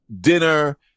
dinner